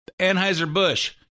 Anheuser-Busch